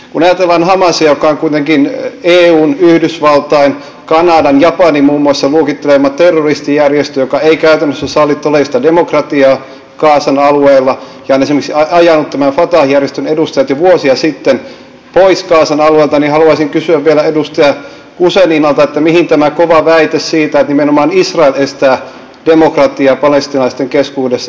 kun ajatellaan hamasia joka on kuitenkin muun muassa eun yhdysvaltain kanadan ja japanin luokittelema terroristijärjestö joka ei käytännössä salli todellista demokratiaa gazan alueella ja on esimerkiksi ajanut tämän fatah järjestön edustajat jo vuosia sitten pois gazan alueelta niin haluaisin kysyä vielä edustaja guzeninalta mihin tämä kova väite siitä että nimenomaan israel estää demokratiaa palestiinalaisten keskuudessa perustuu